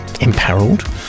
imperiled